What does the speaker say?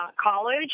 college